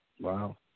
Wow